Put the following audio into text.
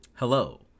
Hello